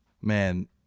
Man